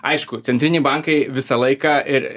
aišku centriniai bankai visą laiką ir